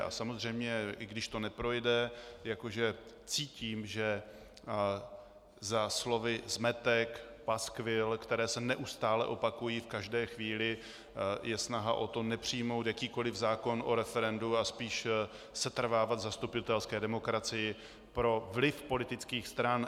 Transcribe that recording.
A samozřejmě i když to neprojde, jako že cítím, že za slovy zmetek, paskvil, která se neustále opakují v každé chvíli, je snaha o to nepřijmout jakýkoliv zákon o referendu a spíš setrvávat v zastupitelské demokracii pro vliv politických stran.